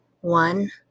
one